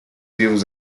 views